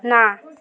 ନା